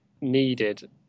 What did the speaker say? needed